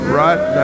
right